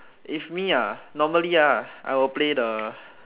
if me ah normally ah I will play the